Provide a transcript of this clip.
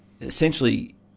essentially